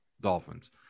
dolphins